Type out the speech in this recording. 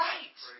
Right